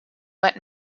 wet